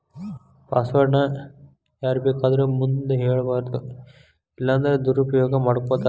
password ನ ಯಾರ್ಬೇಕಾದೊರ್ ಮುಂದ ಹೆಳ್ಬಾರದು ಇಲ್ಲನ್ದ್ರ ದುರುಪಯೊಗ ಮಾಡ್ಕೊತಾರ